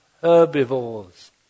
herbivores